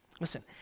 Listen